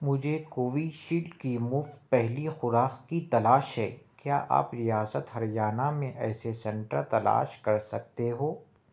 مجھے کووِِی شیلڈ کی مُفت پہلی خوراک کی تلاش ہے کیا آپ ریاست ہریانہ میں ایسے سینٹر تلاش کر سکتے ہو